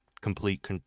complete